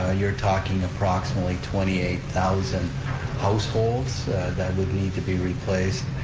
ah you're talking approximately twenty eight thousand households that would need to be replaced.